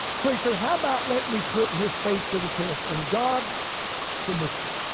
so he says, how about let me put his faith to the test. and god permits it.